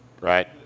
Right